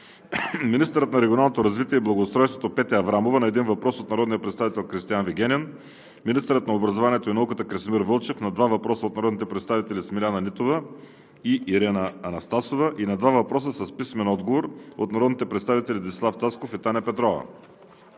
министърът на регионалното развитие и благоустройството Петя Аврамова на един въпрос от народния представител Кристиан Вигенин; - министърът на образованието и науката Красимир Вълчев на два въпроса от народните представители Смиляна Нитова и Ирена Анастасова, и на два въпроса с писмен отговор от народните представители Десислав Тасков; и Таня Петрова;